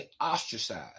ostracized